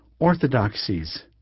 orthodoxies